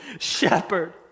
shepherd